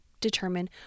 determine